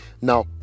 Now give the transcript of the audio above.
Now